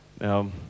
Now